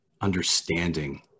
understanding